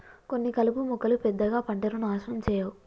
కొన్ని కలుపు మొక్కలు పెద్దగా పంటను నాశనం చేయవు